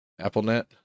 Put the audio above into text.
AppleNet